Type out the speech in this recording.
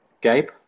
Gabe